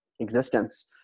existence